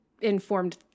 informed